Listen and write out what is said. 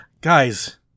Guys